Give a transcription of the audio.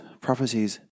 prophecies